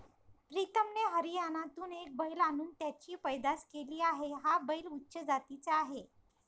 प्रीतमने हरियाणातून एक बैल आणून त्याची पैदास केली आहे, हा बैल उच्च जातीचा आहे